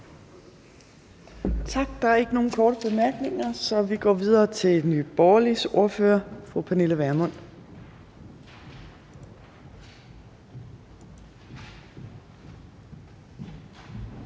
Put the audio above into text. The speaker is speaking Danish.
Tak. Der er ikke nogen korte bemærkninger, så vi går videre til Nye Borgerliges ordfører, fru Pernille Vermund.